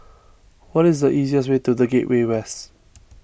what is the easiest way to the Gateway West